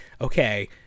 okay